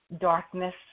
darkness